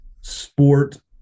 sport